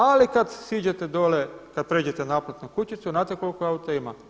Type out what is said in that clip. Ali kada siđete dole, kada pređete naplatnu kućicu znate koliko auta ima?